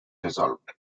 resolved